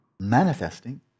Manifesting